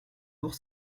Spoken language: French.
ours